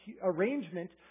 arrangement